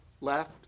left